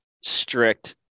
strict